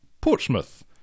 Portsmouth